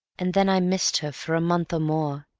and then i missed her for a month or more,